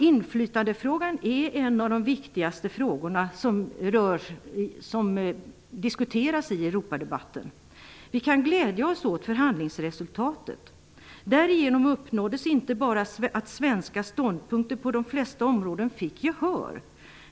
Inflytandefrågan är en av de viktigaste frågorna som diskuteras i Europadebatten. Vi kan glädja oss åt förhandlingsresultatet. Därigenom uppnåddes inte bara att svenska ståndpunkter på de flesta områden fick gehör.